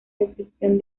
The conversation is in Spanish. descripción